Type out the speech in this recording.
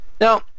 now